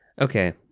Okay